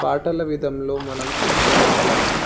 పాటల విధములో మనం చెప్పడం వలన